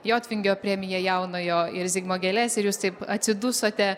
jotvingio premija jaunojo ir zigmo gėlės ir jūs taip atsidusote